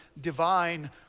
divine